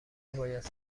باید